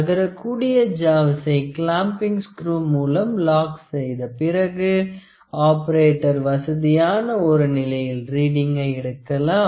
நகரக்கூடிய ஜாவ்சை clamping screw மூலம் லாக் செய்த பிறகு ஆப்பரேட்டர் வசதியான ஒரு நிலையில் ரீடிங்கை எடுக்கலாம்